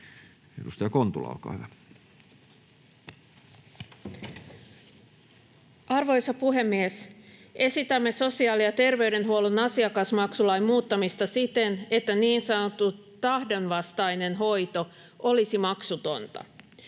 16:37 Content: Arvoisa puhemies! Esitämme sosiaali- ja terveydenhuollon asiakasmaksulain muuttamista siten, että niin sanottu tahdonvastainen hoito olisi maksutonta.